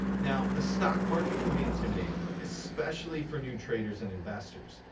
now, the stock market can be intimidating, especially for new traders and investors.